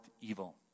evil